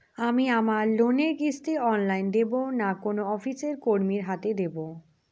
আমি আমার লোনের কিস্তি অনলাইন দেবো না কোনো অফিসের কর্মীর হাতে দেবো?